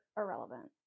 irrelevant